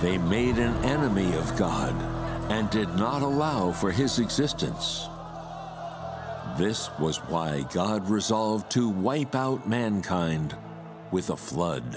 they made an enemy of god and did not allow for his existence this was why god resolved to wipe out mankind with the flood